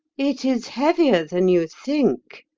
it is heavier than you think,